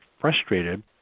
frustrated